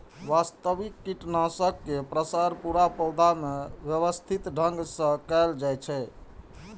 व्यवस्थित कीटनाशक के प्रसार पूरा पौधा मे व्यवस्थित ढंग सं कैल जाइ छै